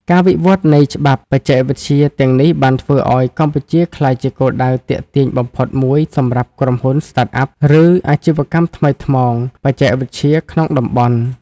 ការវិវត្តនៃច្បាប់បច្ចេកវិទ្យាទាំងនេះបានធ្វើឱ្យកម្ពុជាក្លាយជាគោលដៅទាក់ទាញបំផុតមួយសម្រាប់ក្រុមហ៊ុន Startup ឬ អាជីវកម្មថ្មីថ្មោង បច្ចេកវិទ្យាក្នុងតំបន់។